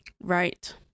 right